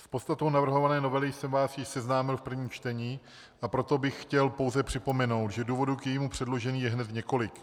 S podstatou navrhované novely jsem vás již seznámil v prvním čtení, a proto bych chtěl pouze připomenout, že důvodů k jejímu předložení je hned několik.